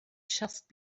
just